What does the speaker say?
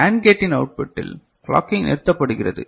எனவே AND கேட்டின் அவுட்புட்டில் கிளாக்கிங் நிறுத்தப்படுகிறது